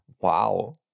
Wow